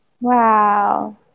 Wow